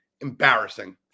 Embarrassing